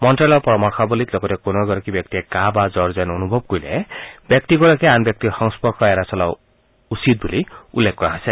মন্ত্যালয়ৰ পৰামৰ্শৱলীত লগতে কোনো এগৰাকী ব্যক্তিয়ে কাহ বা জুৰ যেন অনুভৱ কৰিলে ব্যক্তিগৰাকীয়ে আন ব্যক্তিৰ সংস্পৰ্শ এৰাই চলা উচিত বুলি উল্লেখ কৰা হৈছে